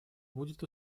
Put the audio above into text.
будет